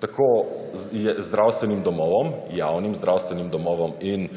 tako zdravstvenimi domovom, javnim zdravstvenim domovom in